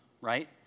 right